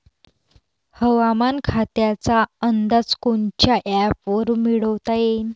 हवामान खात्याचा अंदाज कोनच्या ॲपवरुन मिळवता येईन?